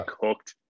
cooked